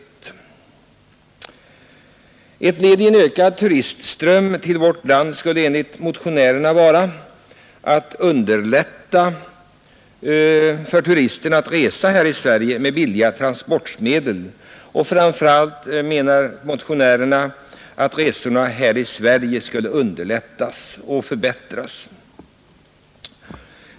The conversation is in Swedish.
Ett sätt att åstadkomma en ökning av turistströmmen till vårt land skulle enligt motionärerna vara att underlätta för turisterna att resa här i Sverige med billiga transportmedel. Framför allt menar motionärerna att resorna i Sverige skulle underlättas och förbättras.